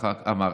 ככה אמרת.